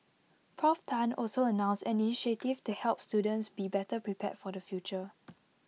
Prof Tan also announced an initiative to help students be better prepared for the future